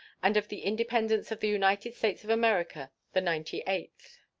and of the independence of the united states of america the ninety-eighth.